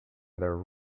their